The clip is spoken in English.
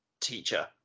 teacher